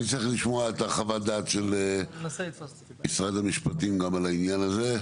אני צריך לשמוע את חוות הדעת של משרד המשפטים גם על העניין הזה.